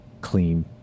clean